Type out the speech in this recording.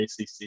ACC